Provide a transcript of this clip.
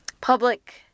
public